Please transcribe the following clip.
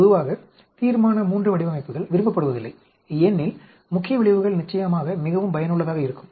பொதுவாக தீர்மான III வடிவமைப்புகள் விரும்பப்படுவதில்லை ஏனெனில் முக்கிய விளைவுகள் நிச்சயமாக மிகவும் பயனுள்ளதாக இருக்கும்